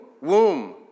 womb